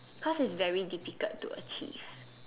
cause it's very difficult to achieve